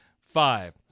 five